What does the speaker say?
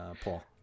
Paul